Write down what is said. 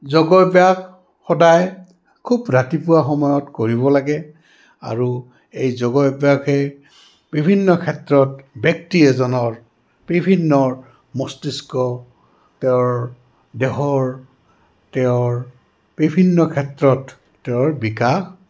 যোগব্যাস সদায় খুব ৰাতিপুৱা সময়ত কৰিব লাগে আৰু এই যোগব্যাসে বিভিন্ন ক্ষেত্ৰত ব্যক্তি এজনৰ বিভিন্ন মস্তিষ্ক তেওঁৰ দেহৰ তেওঁৰ বিভিন্ন ক্ষেত্ৰত তেওঁৰ বিকাশ